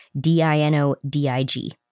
D-I-N-O-D-I-G